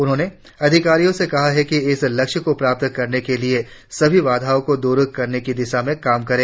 उन्होंने अधिकारियों से कहा कि इस लक्ष्य को प्राप्त करने के लिए सभी बाधाओं को दूर करने की दिशा में काम करें